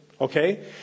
Okay